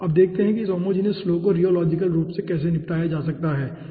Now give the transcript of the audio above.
अब देखते हैं कि इस होमोजिनियस फ्लो को रियोलॉजिकल रूप से कैसे निपटाया जा सकता है ठीक है